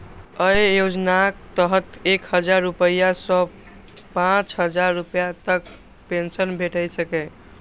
अय योजनाक तहत एक हजार रुपैया सं पांच हजार रुपैया तक पेंशन भेटि सकैए